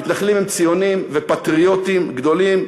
המתנחלים הם ציונים ופטריוטים גדולים,